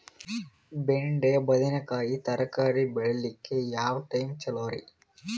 ಬೆಂಡಿ ಬದನೆಕಾಯಿ ತರಕಾರಿ ಬೇಳಿಲಿಕ್ಕೆ ಯಾವ ಟೈಮ್ ಚಲೋರಿ?